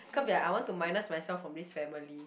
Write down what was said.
can't be like I want to minus myself from this family